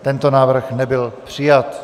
Tento návrh nebyl přijat.